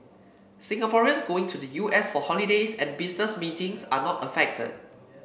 Singaporeans going to the U S for holidays and business meetings are not affected